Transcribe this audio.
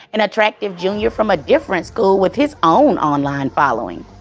and attractive junior from a different school with his own online following.